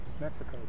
Mexico